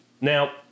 Now